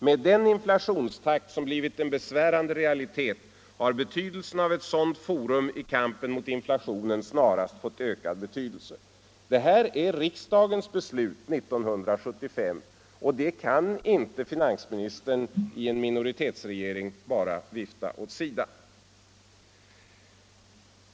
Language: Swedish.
—-—-- med den inflationstakt som blivit en besvärande realitet har betydelsen av ett sådant forum i kampen mot inflationen snarast fått ökad betydelse.” Det här är riksdagens beslut 1975, och det kan inte finansministern i en minoritetsregering bara vifta åt sidan.